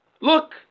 Look